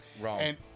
Wrong